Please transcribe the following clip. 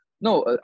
no